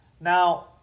now